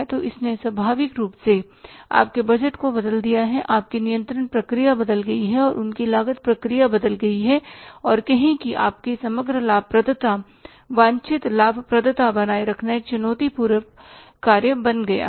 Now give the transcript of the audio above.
तो इसने स्वाभाविक रूप से आपके बजट को बदल दिया है आपकी नियंत्रण प्रक्रिया बदल गई है और उनकी लागत प्रक्रिया बदल गई है और कहें कि आपकी समग्र लाभप्रदता वांछित लाभप्रदता बनाए रखना एक चुनौती पूर्ण कारक बन गया है